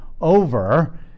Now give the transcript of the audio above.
over